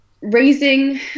raising